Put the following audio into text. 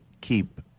keep